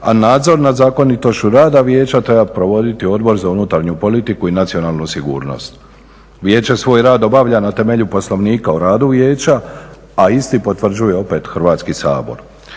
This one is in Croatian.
a nadzor nad zakonitošću rada vijeća treba provoditi Odbor za unutarnju politiku i nacionalnu sigurnost. Vijeće svoj rad obavlja na temelju Poslovnika o radu vijeća, a isti potvrđuje opet Hrvatski sabor.